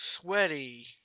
sweaty